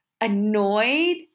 annoyed